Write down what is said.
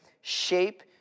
shape